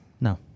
No